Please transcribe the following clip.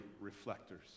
reflectors